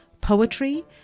poetry